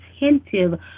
attentive